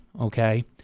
okay